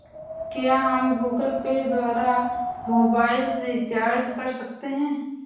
क्या हम Google Pay द्वारा मोबाइल रिचार्ज कर सकते हैं?